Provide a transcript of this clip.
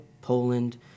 Poland